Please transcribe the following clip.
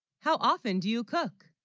how often do you cook